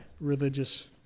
religious